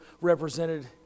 represented